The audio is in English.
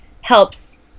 helps